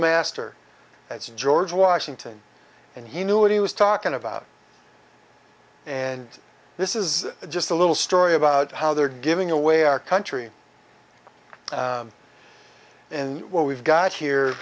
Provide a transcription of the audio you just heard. master that's george washington and he knew what he was talking about and this is just a little story about how they're giving away our country in what we've got here